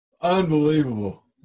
unbelievable